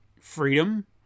freedom